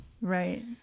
Right